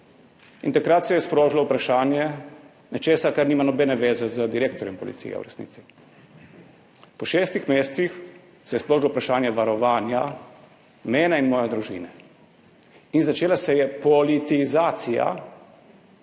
In takrat se je sprožilo vprašanje nečesa, kar nima nobene veze z direktorjem policije v resnici. Po šestih mesecih se je sprožilo vprašanje varovanja mene in moje družine in začela se je politizacija